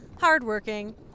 hardworking